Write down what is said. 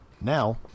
Now